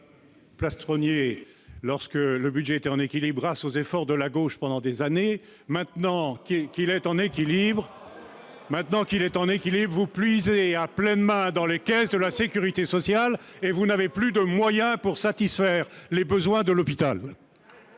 plastronniez lorsque le budget était en équilibre grâce aux efforts de la gauche pendant des années. Maintenant qu'il est en équilibre, vous puisez à pleines mains dans les caisses de la sécurité sociale et vous n'avez plus de moyens pour satisfaire les besoins de l'hôpital